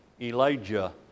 Elijah